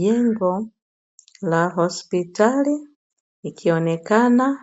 Jengo la hospitali likionekana